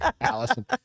Allison